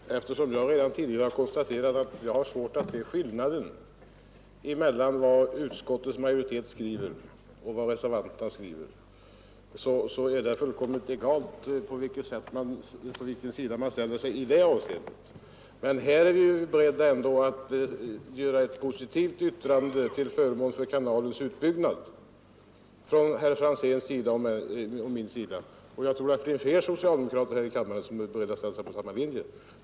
Herr talman! Eftersom jag redan tidigare har konstaterat att jag har svårt att se skillnaden mellan vad utskottets majoritet skriver och vad reservanterna skriver är det fullkomligt egalt på vilken sida man ställer sig i detta avseende. Men herr Franzén och jag är ändå beredda att göra ett positivt uttalande till förmån för kanalens utbyggnad, och jag tror att det finns fler socialdemokrater här i kammaren som är beredda att ställa sig på samma linje.